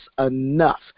enough